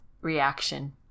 reaction